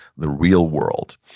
the real world,